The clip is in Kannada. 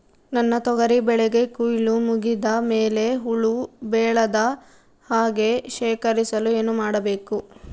ನನ್ನ ತೊಗರಿ ಬೆಳೆಗೆ ಕೊಯ್ಲು ಮುಗಿದ ಮೇಲೆ ಹುಳು ಬೇಳದ ಹಾಗೆ ಶೇಖರಿಸಲು ಏನು ಮಾಡಬೇಕು?